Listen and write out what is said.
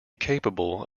capable